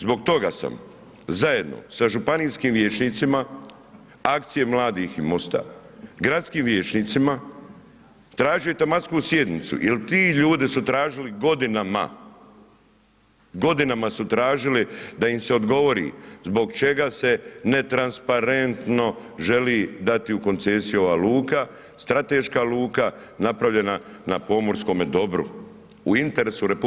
Zbog toga sam zajedno sa županijskim vijećnicima, akcije mladih i MOSTA, gradskim vijećnicima tražio i tematsku sjednicu jel ti ljudi su tražili godinama, godinama su tražili da im se odgovori zbog čega se netransparentno želi dati u koncesiju ova luka, strateška luka, napravljena na pomorskome dobru u interesu RH